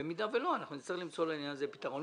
במידה ולא, אנחנו נצטרך למצוא לעניין הזה פתרון.